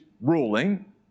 ruling